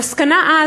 המסקנה אז,